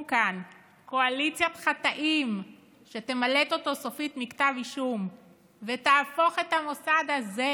כאן קואליציית חטאים שתמלט אותו סופית מכתב אישום ותהפוך את המוסד הזה,